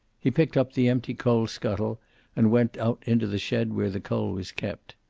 he picked up the empty coal-scuffle, and went out into the shed where the coal was kept.